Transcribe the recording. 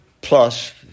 Plus